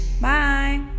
Bye